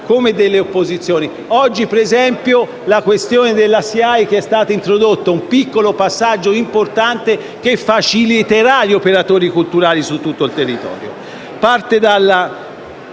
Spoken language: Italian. come delle opposizioni. Oggi, ad esempio, a proposito della questione relativa alla SIAE, è stato introdotto un piccolo passaggio importante che faciliterà gli operatori culturali su tutto il territorio.